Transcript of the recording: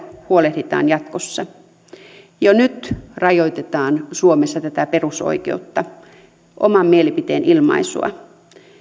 huolehditaan jatkossa jo nyt rajoitetaan suomessa tätä perusoikeutta oman mielipiteen ilmaisua